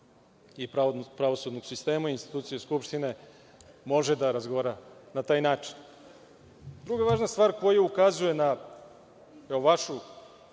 i pravosudnog sistema i institucije Skupštine može da razgovara na taj način. Druga važna stvar koja ukazuje na vašu